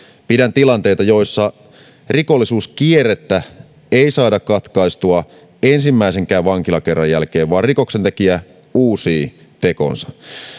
pidän tilanteita joissa rikollisuuskierrettä ei saada katkaistua ensimmäisenkään vankilakerran jälkeen vaan rikoksentekijä uusii tekonsa